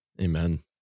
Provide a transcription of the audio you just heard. Amen